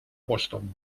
boston